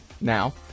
now